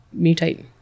mutate